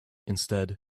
instead